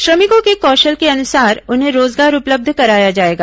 श्रमिकों के कौशल के अनुसार उन्हें रोजगार उपलब्ध कराया जाएगा